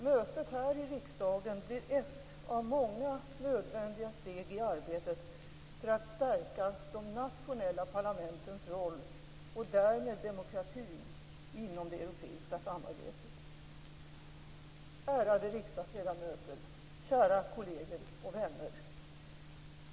Mötet här i riksdagen blir ett av många nödvändiga steg i arbetet för att stärka de nationella parlamentens roll - och därmed demokratin - inom det europeiska samarbetet. Ärade riksdagsledamöter! Kära kolleger och vänner!